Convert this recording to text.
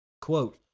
Quote